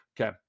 Okay